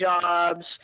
jobs